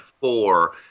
four